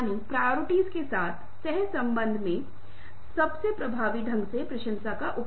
प्रदर्शन के साथ साथ नृत्य जिसमें से हमारे अधिकांश भारतीय नृत्य और रंगमंच की परंपराएँ उभरी हैं